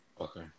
Okay